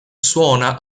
suona